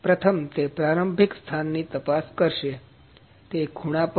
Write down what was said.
પ્રથમ તે પ્રારંભિક સ્થાનની તપાસ કરશે તે ખૂણા પર